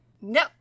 No